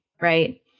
right